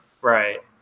right